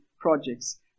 projects